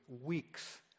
weeks